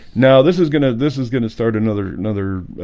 now this is gonna. this is gonna start another another